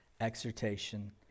exhortation